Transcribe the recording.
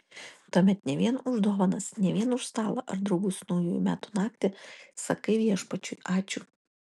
tuomet ne vien už dovanas ne vien už stalą ar draugus naujųjų metų naktį sakai viešpačiui ačiū